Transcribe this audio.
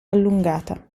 allungata